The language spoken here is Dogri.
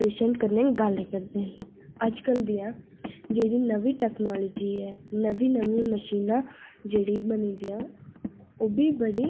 पेशैंट कन्नै गल्ल करदे ना अजकल दियां जेहड़ी नमीं टेकनाॅलिजी ऐ नमीं नमीं मशीनां जेहड़ी बनी दियां ओह् बी बड़ी